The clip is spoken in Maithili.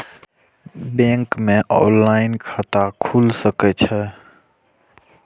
बैंक में ऑनलाईन खाता खुल सके छे?